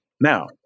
Now